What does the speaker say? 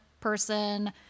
person